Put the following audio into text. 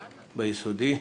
ביסודי.